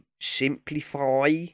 simplify